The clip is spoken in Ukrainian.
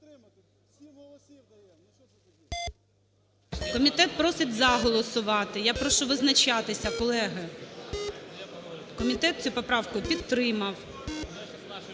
Комітет просить "за" голосувати. Я прошу визначатися, колеги. Комітет цю поправку підтримав.